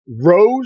Rose